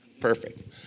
Perfect